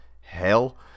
Hell